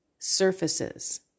Surfaces